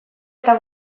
eta